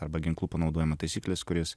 arba ginklų panaudojimo taisyklės kuris